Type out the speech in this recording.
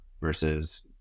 versus